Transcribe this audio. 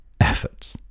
efforts